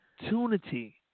Opportunity